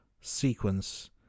sequence